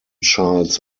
charles